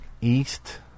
east